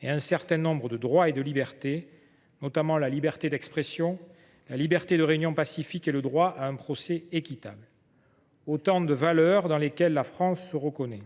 et un certain nombre de droits et de libertés, notamment la liberté d’expression, la liberté de réunion pacifique et le droit à un procès équitable : autant de valeurs dans lesquelles la France se reconnaît.